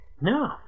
No